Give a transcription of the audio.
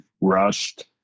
rushed